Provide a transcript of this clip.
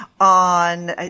on